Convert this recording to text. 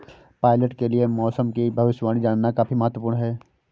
pilot के लिए मौसम की भविष्यवाणी जानना काफी महत्त्वपूर्ण है